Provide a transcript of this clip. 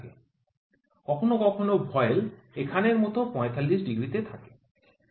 কখনও কখনও ভয়েল এখানের মত ৪৫ ডিগ্রীতেও থাকে